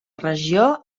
regió